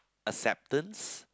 acceptance